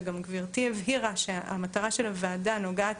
וגם גברתי הבהירה שהמטרה של הוועדה נוגעת